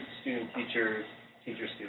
student-teacher-teacher-student